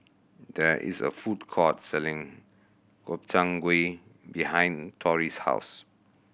there is a food court selling Gobchang Gui behind Tori's house